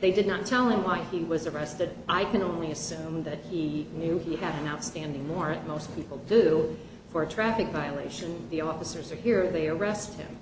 they did not tell him why he was arrested i can only assume that he knew he had an outstanding warrant most people do for a traffic violation the officers are here they arrest him